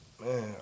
man